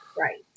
Right